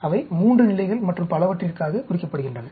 அவை 3 நிலைகள் மற்றும் பலவற்றிற்காக குறிக்கப்படுகின்றன